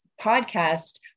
podcast